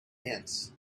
ants